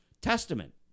Testament